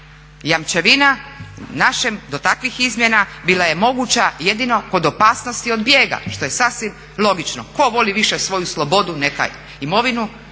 Jamčevina u našem do takvih izmjena bila je moguća jedino kod opasnosti od bijega, što je sasvim logično. Tko voli više svoju slobodu neka imovinu